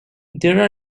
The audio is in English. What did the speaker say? there